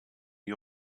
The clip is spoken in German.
die